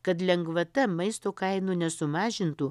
kad lengvata maisto kainų nesumažintų